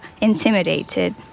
intimidated